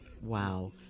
Wow